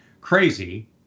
crazy